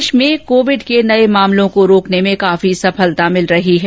देश में कोविड के नए मामलों को रोकने में काफी सफलता मिल रही है